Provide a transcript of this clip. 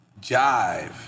Jive